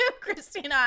Christina